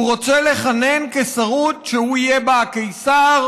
הוא רוצה לכונן קיסרות שהוא יהיה בה הקיסר,